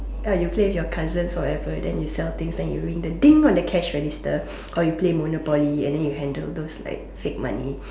you play with your cousins or ever then you sell things then you ring the Ding on the cash register or you play Monopoly and then you handle those like fake money